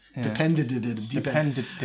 Depended